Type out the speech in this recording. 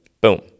boom